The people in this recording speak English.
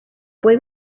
boy